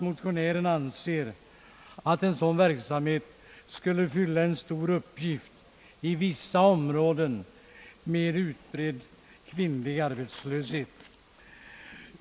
Motionärerna anser att en sådan verksamhet bör fylla en stor uppgift i vissa områden med utbredd kvinnlig arbetslöshet.